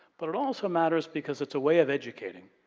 but, it also matters because it's a way of educating.